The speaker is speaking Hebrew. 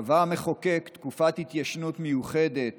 קבע המחוקק תקופת התיישנות מיוחדת